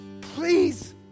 Please